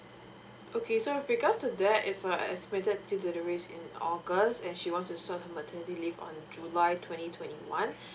okay so with regards to that if her expected due delivery is in august and she wants to start her maternity leave on july twenty twenty one